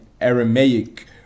Aramaic